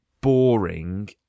boring